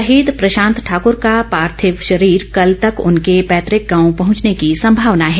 शहीद प्रशांत ठाकुर का पार्थिव शरीर कल तक उनके पैतृक गाव पहुंचने की संभावना है